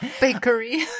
bakery